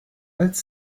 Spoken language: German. als